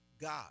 God